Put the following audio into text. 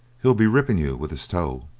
he'll be ripping you with his toe.